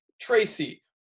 Tracy